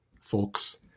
folks